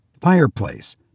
fireplace